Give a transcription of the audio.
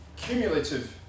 Cumulative